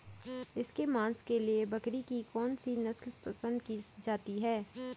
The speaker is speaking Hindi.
इसके मांस के लिए बकरी की कौन सी नस्ल पसंद की जाती है?